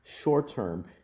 Short-term